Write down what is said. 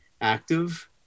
active